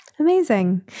Amazing